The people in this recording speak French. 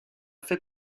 fait